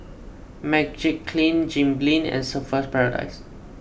Magiclean Jim Beam and Surfer's Paradise